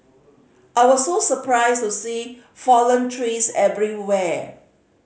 I was so surprised to see fallen trees everywhere